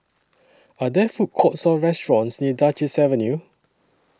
Are There Food Courts Or restaurants near Duchess Avenue